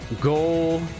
goal